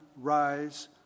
rise